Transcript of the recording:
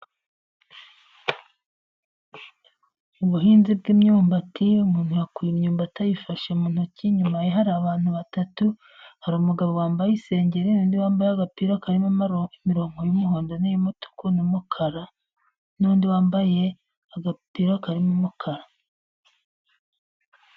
Ubuhinzi bw'imyumbati. Umuntu yakuye imyumbati ayifashe mu ntoki. Inyuma ye hari abantu batatu, hari umugabo wambaye isengeri n'undi wambaye agapira karimo imirongo y'umuhondo n'iy'umutuku n'umukara, n'undi wambaye agapira karimo umukara.